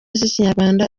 z’ikinyarwanda